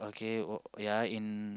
okay ya in